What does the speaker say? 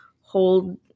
hold